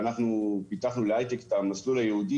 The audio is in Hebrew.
אנחנו פיתחנו להיי-טק את המסלול הייעודי